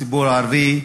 הציבור הערבי,